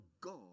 God